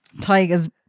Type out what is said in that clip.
Tiger's